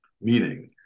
meaning